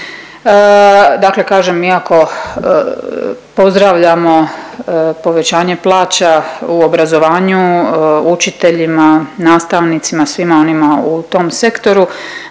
Dakle, kažem iako pozdravljamo povećanje plaća u obrazovanju učiteljima, nastavnicima, svima onima u tom sektoru.